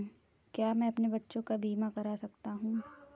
क्या मैं अपने बच्चों का बीमा करा सकता हूँ?